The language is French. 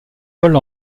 vole